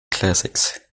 classics